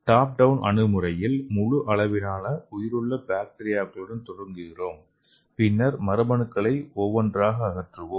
top down அணுகுமுறையில் முழு அளவிலான உயிருள்ள பாக்டீரியாக்களுடன் தொடங்குகிறோம் பின்னர் மரபணுக்களை ஒவ்வொன்றாக அகற்றுவோம்